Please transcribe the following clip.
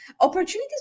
Opportunities